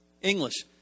English